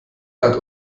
hat